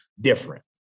different